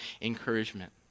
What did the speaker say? encouragement